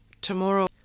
tomorrow